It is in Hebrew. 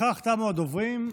בכך תמו הדוברים.